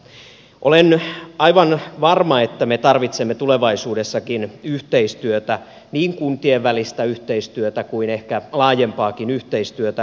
olen aivan varma että me tarvitsemme tulevaisuudessakin yhteistyötä niin kuntien välistä yhteistyötä kuin ehkä laajempaakin yhteistyötä